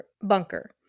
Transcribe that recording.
bunker